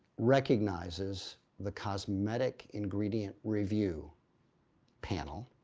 recognizes the cosmetic ingredient review panel.